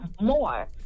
more